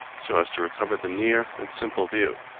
so as to recover the near and simple view.